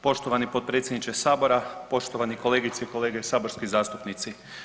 Poštovani potpredsjedniče Sabora, poštovane kolegice i kolege saborski zastupnici.